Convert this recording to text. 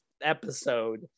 episode